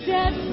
Dead